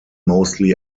mostly